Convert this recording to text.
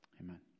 Amen